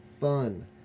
fun